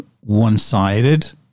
one-sided